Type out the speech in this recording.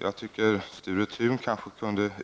Jag tycker att Sture Thun kan